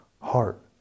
heart